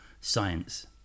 science